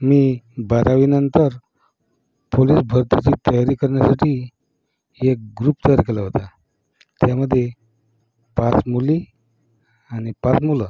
मी बारावीनंतर पोलीस भरतीची तयारी करण्यासाठी एक ग्रुप तयार केला होता त्यामध्ये पाच मुली आणि पाच मुलं